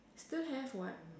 still have [what]